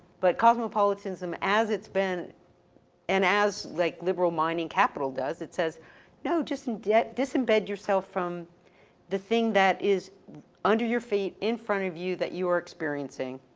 but cosmopolitanism as it's been and as, like liberal mining capital does, it says no, just and disembed yourself from the thing that is under your feet, in front of you, that you are experiencing